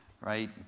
right